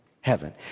heaven